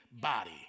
body